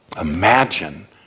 Imagine